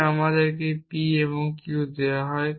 যদি আমাদেরকে p এবং q দেওয়া হয়